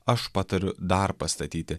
aš patariu dar pastatyti